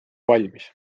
valmis